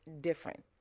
different